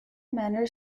manor